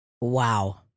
Wow